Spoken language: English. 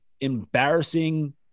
embarrassing